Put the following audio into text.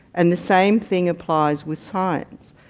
and the same thing applies with science.